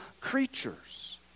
creatures